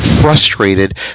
frustrated